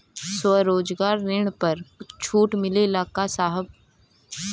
स्वरोजगार ऋण पर कुछ छूट मिलेला का साहब?